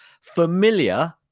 familiar